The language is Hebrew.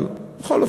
אבל בכל אופן,